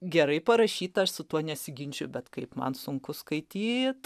gerai parašyta aš su tuo nesiginčiju bet kaip man sunku skaityt